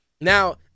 Now